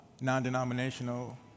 non-denominational